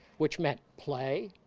which meant play,